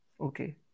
Okay